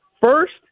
First